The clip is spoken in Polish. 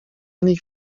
nich